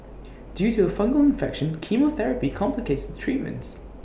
due to her fungal infection chemotherapy complicates the treatments